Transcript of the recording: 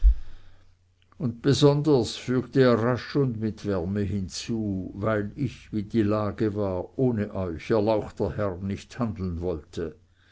und besonders fügte er rasch und mit wärme hinzu weil ich wie die lage war ohne euch erlauchter herr nicht handeln wollte